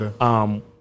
okay